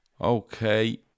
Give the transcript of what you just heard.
okay